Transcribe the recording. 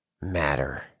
matter